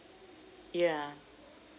yeah